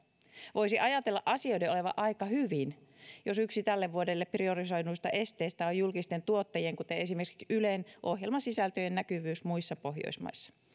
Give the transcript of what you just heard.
voisi ajatella asioiden olevan aika hyvin jos yksi tälle vuodelle priorisoiduista esteistä on julkisten tuottajien kuten esimerkiksi ylen ohjelmasisältöjen näkyvyys muissa pohjoismaissa